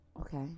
Okay